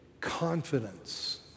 confidence